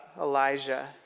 Elijah